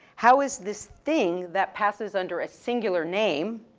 how is this thing that passes under a singular name,